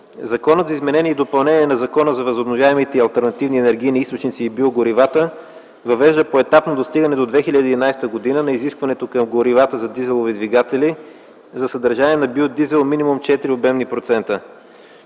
Законът за изменение и допълнение на Закона за възобновяемите и алтернативни енергийни източници и биогоривата въвежда поетапно достигане до 2011 г. на изискването към горивата за дизелови двигатели за съдържание на биодизел минимум 4 обемни процента.